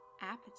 appetite